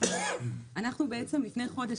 אנחנו לפני חודש,